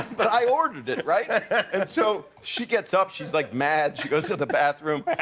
but i ordered it, right? and so she gets up, she's like mad, she goes to the bathroom, and